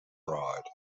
ryde